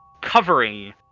covering